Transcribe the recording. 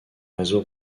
réseau